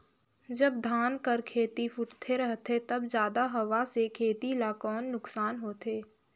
जब धान कर खेती फुटथे रहथे तब जादा हवा से खेती ला कौन नुकसान होथे?